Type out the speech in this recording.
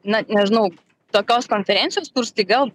na nežinau tokios konferencijos kur staiga